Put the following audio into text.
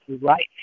right